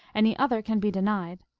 any other can be de nied,